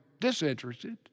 disinterested